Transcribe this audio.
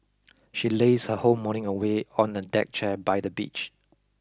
she lazed her whole morning away on a deck chair by the beach